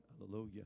hallelujah